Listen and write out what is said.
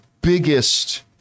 biggest